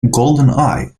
goldeneye